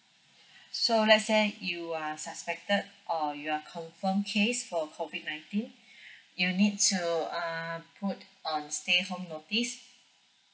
so let's say you are suspected or you are confirmed case for COVID nineteen you need to err put on stay home notice